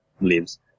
lives